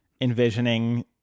envisioning